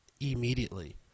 immediately